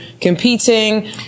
Competing